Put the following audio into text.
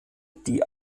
die